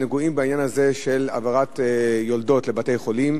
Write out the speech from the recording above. נגועים בעניין הזה של העברת יולדות לבתי-חולים.